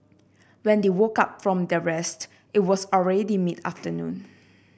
when they woke up from their rest it was already mid afternoon